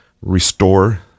restore